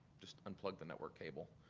just unplug the network cable.